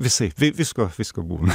visaip vei visko visko būna